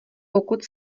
pokud